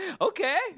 Okay